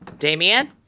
Damien